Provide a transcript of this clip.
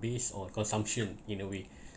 based on consumption in a week